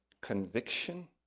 conviction